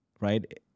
right